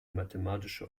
mathematische